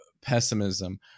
pessimism